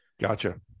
Gotcha